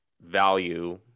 value